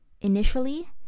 Initially